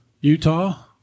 Utah